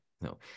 No